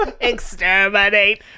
Exterminate